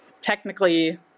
technically